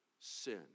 sin